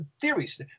theories